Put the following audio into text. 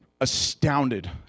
astounded